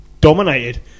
dominated